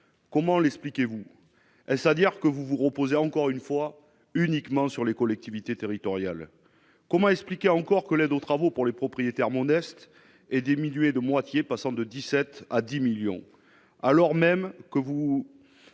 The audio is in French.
comment l'expliquez-vous est-ce à dire que vous vous reposez encore une fois, uniquement sur les collectivités territoriales, comment expliquer encore que l'aide aux travaux pour les propriétaires modestes et des milliers de moitié, passant de 17 à 10 millions